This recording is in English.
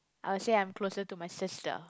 I'll say I'm closer to my sister